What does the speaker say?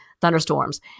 thunderstorms